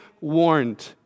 warned